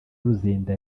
luzinda